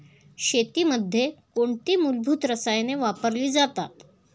शेतीमध्ये कोणती मूलभूत रसायने वापरली जातात?